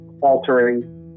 altering